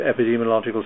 epidemiological